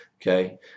okay